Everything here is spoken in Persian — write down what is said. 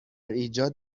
ایجاد